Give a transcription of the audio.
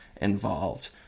involved